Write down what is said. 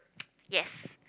yes